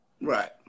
Right